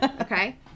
Okay